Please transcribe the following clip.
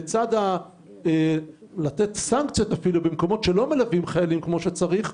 לצד סנקציות על מקומות שלא מלווים חיילים כמו שצריך,